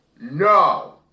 no